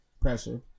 pressure